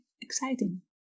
exciting